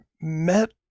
met